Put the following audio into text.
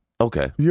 Okay